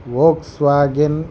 Volkswagen